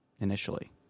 initially